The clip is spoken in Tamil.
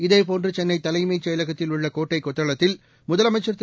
இதேபோன்று சென்னை தலைமைச் செயலகத்தில் உள்ள கோட்டை கொத்தளத்தில் முதலமைச்சர் திரு